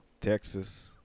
Texas